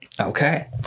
okay